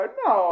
no